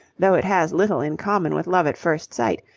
though it has little in common with love at first sight,